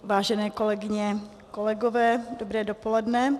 Vážené kolegyně, kolegové, dobré dopoledne.